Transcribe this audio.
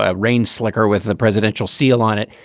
ah rain slicker with the presidential seal on it.